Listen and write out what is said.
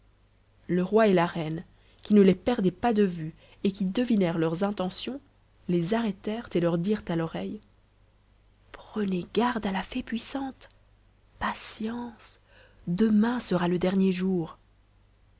le roi et la reine qui ne les perdaient pas de vue et qui devinèrent leurs intentions les arrêtèrent et leur dirent à l'oreille prenez garde à la fée puissante patience demain sera le dernier jour